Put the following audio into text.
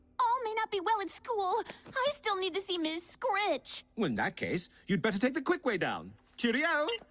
ah may not be well. it's cool i still need to see minsk rich win that case you'd better take the quick way down cheerio